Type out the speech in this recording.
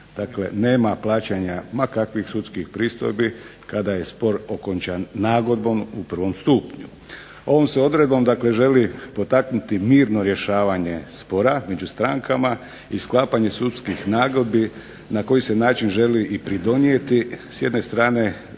nema plaćanja ma kakvih sudskih pristojbi kada je spor okončan nagodbom u prvom stupnju. Ovom se odredbom želi potaknuti mirno rješavanje spora među strankama i sklapanje sudskih nagodbi na koji se način želi pridonijeti s jedne strane